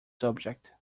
subject